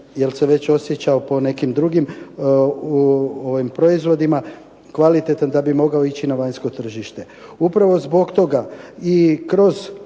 jer se već osjećao po nekim drugim proizvodima, kvalitetan da bi mogao ići na vanjsko tržište. Upravo zbog toga i kroz